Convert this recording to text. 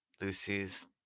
Lucy's